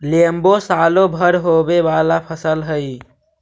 लेम्बो सालो भर होवे वाला फसल हइ